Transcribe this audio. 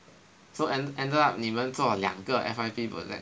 so end~ ended up 你们做两个 F_Y_P project